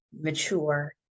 mature